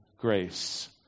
grace